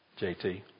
JT